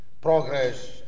progress